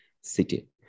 city